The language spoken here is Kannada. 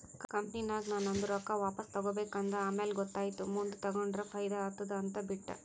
ಕಂಪನಿನಾಗ್ ನಾ ನಂದು ರೊಕ್ಕಾ ವಾಪಸ್ ತಗೋಬೇಕ ಅಂದ ಆಮ್ಯಾಲ ಗೊತ್ತಾಯಿತು ಮುಂದ್ ತಗೊಂಡುರ ಫೈದಾ ಆತ್ತುದ ಅಂತ್ ಬಿಟ್ಟ